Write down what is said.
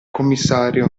commissario